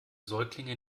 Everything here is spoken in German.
säuglinge